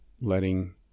letting